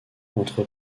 entre